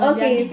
Okay